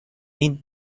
این